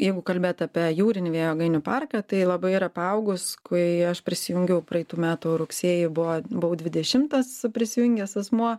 jeigu kalbėt apie jūrinį vėjo jėgainių parką tai labai yra paaugus kai aš prisijungiau praeitų metų rugsėjį buvo buvau dvidešimtas prisijungęs asmuo